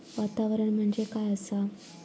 वातावरण म्हणजे काय असा?